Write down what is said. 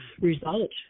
result